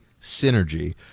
Synergy